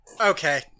Okay